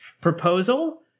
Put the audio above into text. proposal